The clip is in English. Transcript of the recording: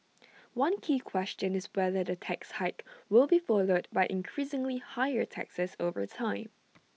one key question is whether the tax hike will be followed by increasingly higher taxes over time